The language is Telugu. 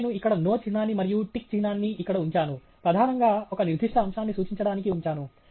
ఇప్పుడు నేను ఇక్కడ NO చిహ్నాన్ని మరియు టిక్ చిహ్నాన్ని ఇక్కడ ఉంచాను ప్రధానంగా ఒక నిర్దిష్ట అంశాన్ని సూచించడానికి ఉంచాను